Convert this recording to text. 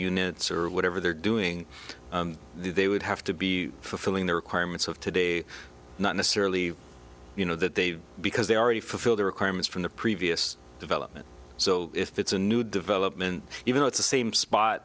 units or whatever they're doing they would have to be fulfilling the requirements of today not necessarily you know that they've because they already fulfill the requirements from the previous development so if it's a new development even though it's the same spot